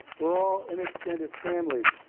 we're all an extended family,